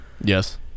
Yes